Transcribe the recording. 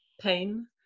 pain